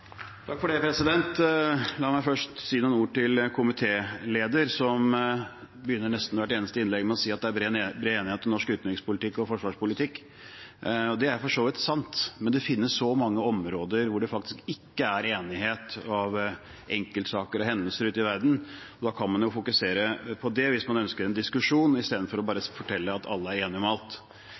La meg først få si noen ord til komitélederen, som begynner nesten hvert eneste innlegg med å si at det er bred enighet om norsk utenrikspolitikk og norsk forsvarspolitikk. Det er for så vidt sant, men det finnes så mange områder hvor det faktisk ikke er enighet om enkeltsaker og hendelser ute i verden, og da kan man jo fokusere på det hvis man ønsker en diskusjon, istedenfor bare å fortelle at alle er enige om alt.